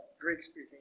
Greek-speaking